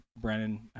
Brennan